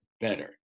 better